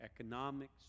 economics